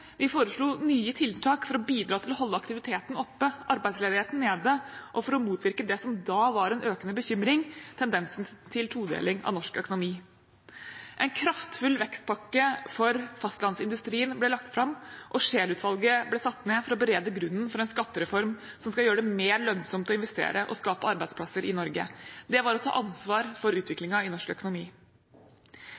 Vi foreslo nye tiltak for å bidra til å holde aktiviteten oppe og arbeidsledigheten nede og for å motvirke det som da var en økende bekymring: tendensen til en todeling av norsk økonomi. En kraftfull vekstpakke for fastlandsindustrien ble lagt fram, og Scheel-utvalget ble satt ned for å berede grunnen for en skattereform som skal gjøre det mer lønnsomt å investere og skape arbeidsplasser i Norge. Dette var å ta ansvar for utviklingen i norsk økonomi.